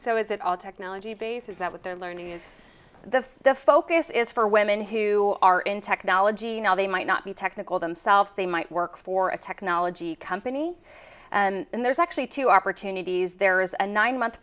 so if it all technology base is that what they're learning is the focus is for women who are in technology now they might not be technical themselves they might work for a technology company and there's actually two opportunities there is a nine month